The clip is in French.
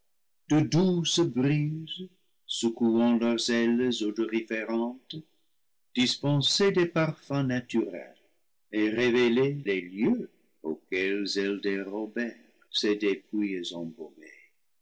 douces brises secouant leurs ailes odoriférantes dispensaient des parfums naturels et révélaient les lieux auxquels elles dérobèrent ces dépouilles embaumées